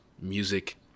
music